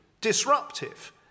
disruptive